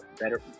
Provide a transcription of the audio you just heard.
better